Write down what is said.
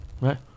right